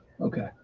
Okay